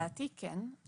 לדעתי כן.